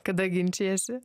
kada ginčijiesi